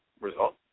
result